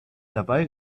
dabei